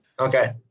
okay